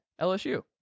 LSU